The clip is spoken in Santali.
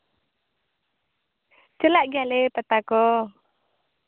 ᱪᱟᱞᱟᱜ ᱜᱮᱭᱟ ᱞᱮ ᱯᱟᱛᱟ ᱠᱚ